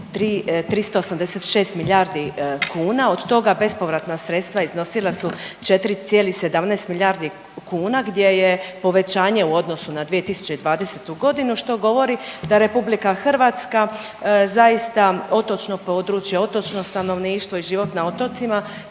4,386 milijardi kuna od toga bespovratna sredstva iznosila su 4,17 milijardi kuna gdje je povećanje u odnosu na 2020. godinu što govori da RH zaista otočno područje, otočno stanovništvo i život na otocima